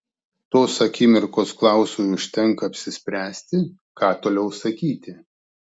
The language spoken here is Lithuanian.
tos akimirkos klausui užtenka apsispręsti ką toliau sakyti